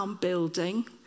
building